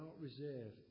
reserve